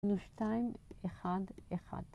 נו שתיים, אחד, אחד.